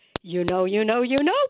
you-know-you-know-you-know